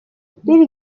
bill